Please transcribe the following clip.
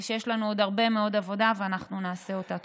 יש לנו עוד הרבה מאוד עבודה, ואנחנו נעשה אותה.